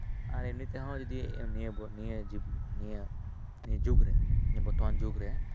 ᱟᱨ ᱮᱢᱱᱤ ᱛᱮᱦᱚᱸ ᱡᱩᱫᱤ ᱱᱤᱭᱟᱹ ᱱᱤᱭᱟᱹ ᱱᱤᱭᱟᱹ ᱡᱩᱜᱽᱨᱮ ᱱᱤᱭᱟᱹ ᱵᱚᱨᱛᱚᱢᱟᱱ ᱡᱩᱜᱽᱨᱮ